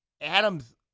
Adams